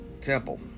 temple